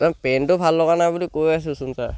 পেণ্টটো ভাল লগা নাই বুলি কৈ আছোচোন ছাৰ